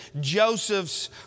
Joseph's